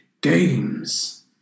Games